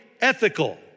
ethical